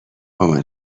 مامان